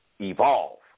evolve